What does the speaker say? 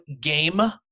game